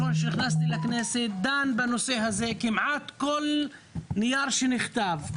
אני דן בנושא הזה כמעט בכל נייר שנכתב,